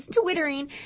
twittering